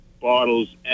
bottles